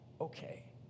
okay